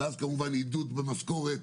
ואז כמובן עידוד במשכורת,